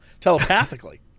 telepathically